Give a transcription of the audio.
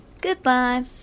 Goodbye